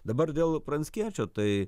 dabar dėl pranckiečio tai